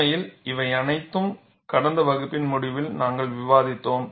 உண்மையில் இவை அனைத்தும் கடந்த வகுப்பின் முடிவில் நாங்கள் விவாதித்தோம்